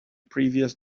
previous